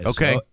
Okay